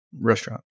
restaurant